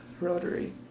Rotary